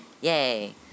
Yay